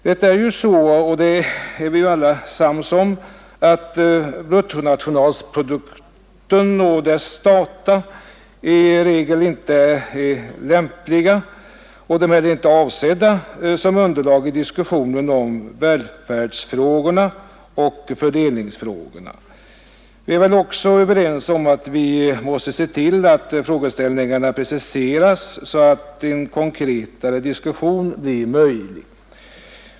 Vi är alla sams om att bruttonationalprodukten och dess data i regel inte är lämpliga och heller inte avsedda som underlag för diskussionen om välfärdsoch fördelningsfrågorna. Vi är väl också överens om att vi måste se till att frågeställningarna preciseras så att en mera konkret diskussion blir möjlig.